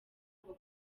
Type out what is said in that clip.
ngo